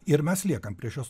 ir mes liekam prie šios